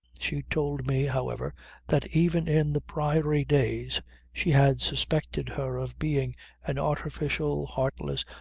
she told me however that even in the priory days she had suspected her of being an artificial, heartless,